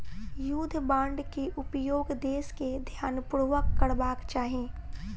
युद्ध बांड के उपयोग देस के ध्यानपूर्वक करबाक चाही